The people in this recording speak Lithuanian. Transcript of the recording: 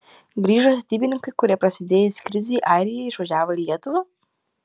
grįžo statybininkai kurie prasidėjus krizei airijoje išvažiavo į lietuvą